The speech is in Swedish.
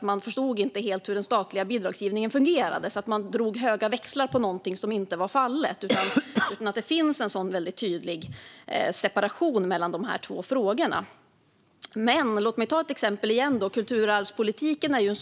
Man förstod inte helt hur den statliga bidragsgivningen fungerade, så man drog stora växlar på någonting som inte var fallet; det finns en väldigt tydlig separation mellan de här två frågorna. Låt mig åter ta ett exempel, kulturarvspolitiken.